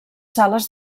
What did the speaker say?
sales